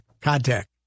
contact